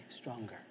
stronger